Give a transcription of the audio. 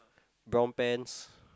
brown pants